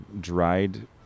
dried